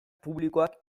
publikoak